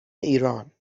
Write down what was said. ایران